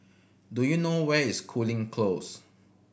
do you know where is Cooling Close